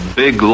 big